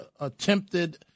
attempted